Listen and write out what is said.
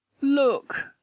Look